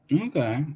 okay